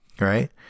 Right